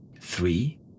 three